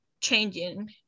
changing